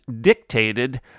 dictated